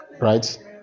right